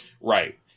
Right